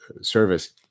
service